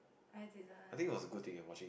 I didn't